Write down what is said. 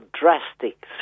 drastic